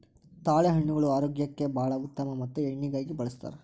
ತಾಳೆಹಣ್ಣುಗಳು ಆರೋಗ್ಯಕ್ಕೆ ಬಾಳ ಉತ್ತಮ ಮತ್ತ ಎಣ್ಣಿಗಾಗಿ ಬಳ್ಸತಾರ